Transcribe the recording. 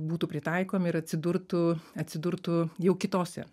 būtų pritaikomi ir atsidurtų atsidurtų jau kitose